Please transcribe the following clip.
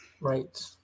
Right